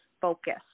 focus